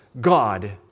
God